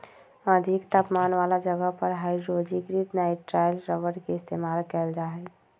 अधिक तापमान वाला जगह पर हाइड्रोजनीकृत नाइट्राइल रबर के इस्तेमाल कइल जा हई